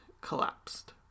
collapsed